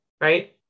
right